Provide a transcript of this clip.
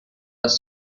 was